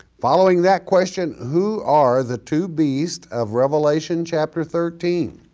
following that question who are the two beasts of revelation chapter thirteen?